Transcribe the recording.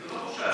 זה לא בושה.